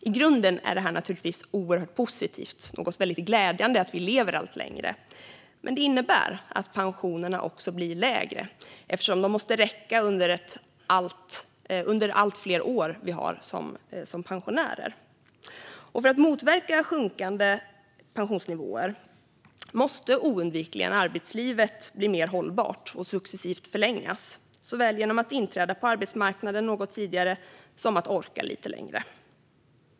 I grunden är det naturligtvis oerhört positivt och glädjande att vi lever allt längre, men det innebär också att pensionerna blir lägre eftersom de måste räcka under de allt fler år vi har som pensionärer. För att motverka sjunkande pensionsnivåer måste arbetslivet oundvikligen bli mer hållbart och successivt förlängas. Det handlar både om att man måste inträda på arbetsmarknaden något tidigare och om att orka lite längre.